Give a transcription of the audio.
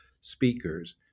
speakers